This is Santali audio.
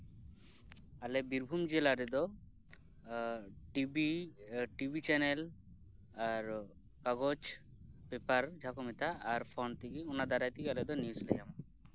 ᱟᱞᱮ ᱵᱤᱨᱵᱷᱩᱢ ᱡᱮᱞᱟ ᱨᱮᱫᱚ ᱴᱤᱵᱷᱤ ᱴᱤᱵᱷᱤ ᱪᱮᱱᱮᱞ ᱟᱨ ᱠᱟᱜᱚᱡ ᱯᱮᱯᱟᱨ ᱡᱟᱸᱦᱟ ᱠᱚ ᱢᱮᱛᱟᱜ ᱚᱱᱟ ᱫᱟᱨᱟᱭ ᱛᱮᱜᱮ ᱟᱞᱮ ᱫᱚ ᱱᱤᱭᱩᱥ ᱞᱮ ᱧᱟᱢᱟ